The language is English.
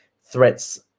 threats